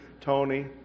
Tony